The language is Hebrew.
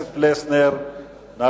במשק.